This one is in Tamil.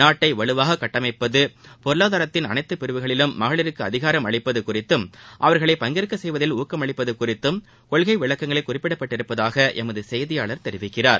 நாட்டை வலுவாக கட்டமைப்பது பொருளாதாரத்தின் அனைத்து பிரிவுகளிலும் மகளிருக்கு அதிகாரம் அளிப்பது குறித்தும் அவர்களை பங்கேற்க செய்வதில் ஊக்கமளிப்பது குறித்தும் கொள்கை விளக்கங்களில் குறிப்பிடப்பட்டுள்ளதாக எமது செய்தியாளர் தெரிவிக்கிறார்